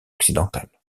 occidentale